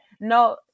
No